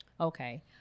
okay